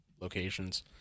locations